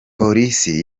polisi